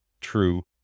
true